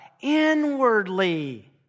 Inwardly